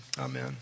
amen